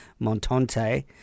Montante